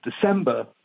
December